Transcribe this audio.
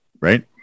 right